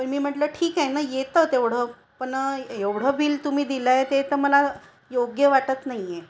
पण मी म्हटलं ठीक आहे न येतं तेवढं पण एवढं बिल तुम्ही दिलं आहे ते तर मला योग्य वाटत नाही आहे